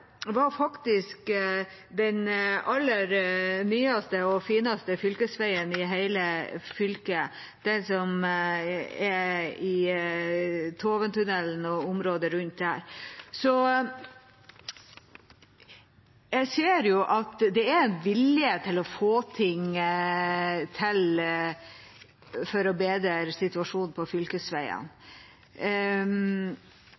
fineste fylkesveien i hele fylket, den som er i Toventunnelen og området rundt den. Jeg ser at det er vilje til å få til ting for å bedre situasjonen på fylkesveiene.